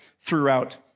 throughout